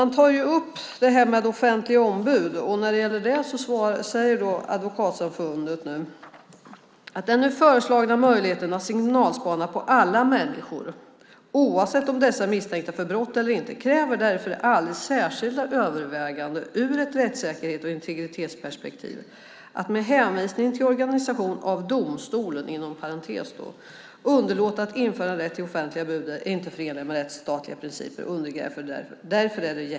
När det gäller offentliga ombud säger Advokatsamfundet: "Den nu föreslagna möjligheten att signalspana på alla människor, oavsett om dessa är misstänkta för brott eller inte, kräver därför alldeles särskilda överväganden ur ett rättssäkerhets och integritetsperspektiv. Att med hänvisning till organisationen av 'domstolen' underlåta att införa en rätt till offentliga ombud är inte förenligt med rättstatliga principer."